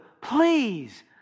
please